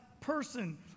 person